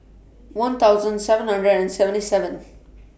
one thousand seven hundred and seventy seven